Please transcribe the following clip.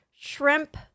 shrimp